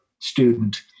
student